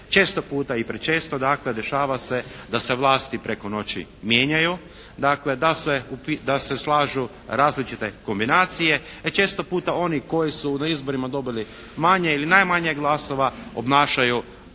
Često puta i prečesto dakle dešava se da se vlasti preko noći mijenjaju, dakle da se slažu različite kombinacije, često puta oni koji su na izborima dobili manje ili najmanje glasova obnašaju vlast